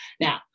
Now